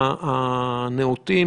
המספרית?